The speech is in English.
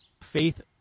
faith